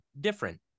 different